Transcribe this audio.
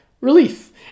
relief